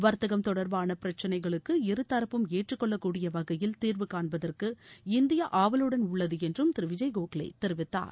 வர்த்தகம் தொடர்பான பிரச்சினைகளுக்கு இருதரப்பும் ஏற்றுக்கொள்ளக்கூடிய வகையில் தீர்வு காண்பதற்கு இந்தியா ஆவலுடன் உள்ளது என்றும் திரு விஜய் கோகலே தெரிவித்தார்